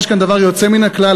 יש כאן דבר יוצא מן הכלל,